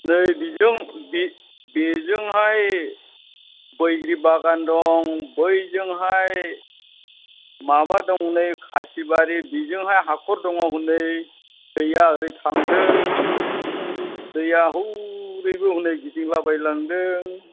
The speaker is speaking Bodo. नै बिजों बि बेजोंहाय बैग्रि बागान दं बैजोंहाय माबा दंनो खासिबारि बिजोंहाय हाखर दङ हनै दैया ओरै थांदों दैया हौरैबो हनै गिदिंलाबायलांदों